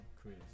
Chris